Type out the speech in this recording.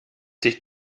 dich